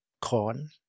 corn